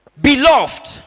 Beloved